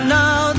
now